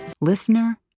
Listener